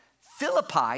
Philippi